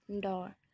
door